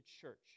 church